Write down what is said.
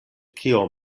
kio